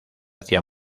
hacía